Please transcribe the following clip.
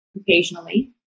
occasionally